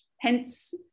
hence